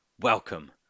Welcome